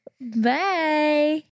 Bye